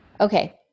Okay